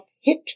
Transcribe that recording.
hit